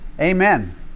Amen